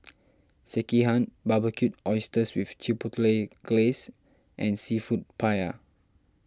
Sekihan Barbecued Oysters with Chipotle Glaze and Seafood Paella